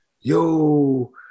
Yo